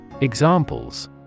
Examples